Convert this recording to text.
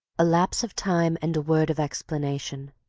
a lapse of time and a word of explanation